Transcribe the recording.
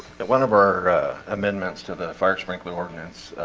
but one of our amendments to the fire sprinkler ordinance